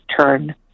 turn